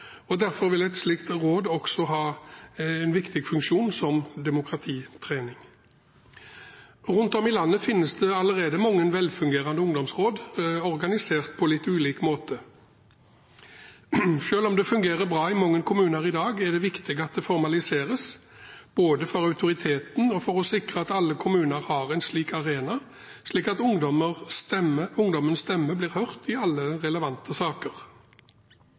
og derfor vil et slikt råd også ha en viktig funksjon som demokratitrening. Rundt om i landet finnes det allerede mange velfungerende ungdomsråd organisert på litt ulik måte. Selv om det fungerer bra i mange kommuner i dag, er det viktig at det formaliseres både for autoriteten og for å sikre at alle kommuner har en slik arena der ungdommens stemme blir hørt i alle relevante saker.